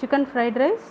chicken fried rice